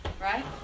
right